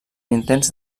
intents